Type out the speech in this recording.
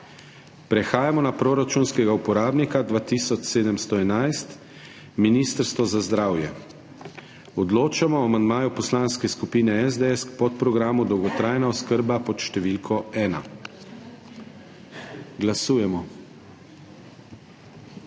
Prehajamo na proračunskega uporabnika 2711 Ministrstvo za zdravje. Odločamo o amandmaju Poslanske skupine SDS k podprogramu Dolgotrajna oskrba, pod številko 1. Glasujemo.